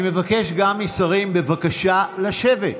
אני מבקש גם משרים, בבקשה לשבת.